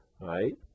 right